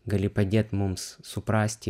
gali padėt mums suprasti